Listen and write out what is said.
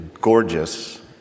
gorgeous